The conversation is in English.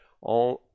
on